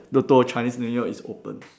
Toto of Chinese new year is open